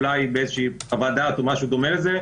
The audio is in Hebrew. אולי באיזושהי חוות דעת או משהו בדומה לזה,